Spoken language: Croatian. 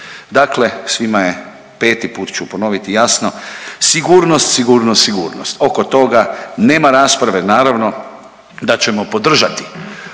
Dakle svima je, peti put ću ponoviti jasno, sigurnost, sigurnost, sigurnost. Oko toga nema rasprave, naravno da ćemo podržati